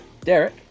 Derek